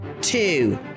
two